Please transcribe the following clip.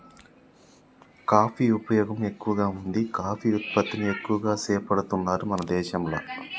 coffee ఉపయోగం ఎక్కువగా వుంది కాఫీ ఉత్పత్తిని ఎక్కువ చేపడుతున్నారు మన దేశంల